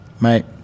mate